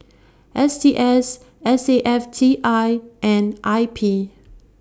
S T S S A F T I and I P